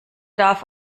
darf